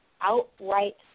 outright